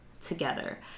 together